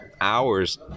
hours